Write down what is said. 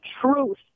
truth